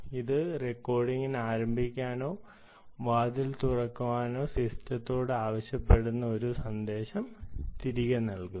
ഇത് റെക്കോർഡിംഗ് ആരംഭിക്കാനോ വാതിൽ പ്രവേശനം തുറക്കാനോ സിസ്റ്റത്തോട് ആവശ്യപ്പെടുന്ന ഒരു സന്ദേശം തിരികെ നൽകുന്നു